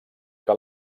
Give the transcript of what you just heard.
que